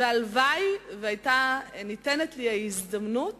והלוואי שהיתה ניתנת לי ההזדמנות